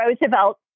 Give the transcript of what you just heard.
Roosevelt